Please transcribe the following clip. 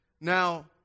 Now